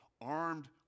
armed